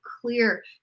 clear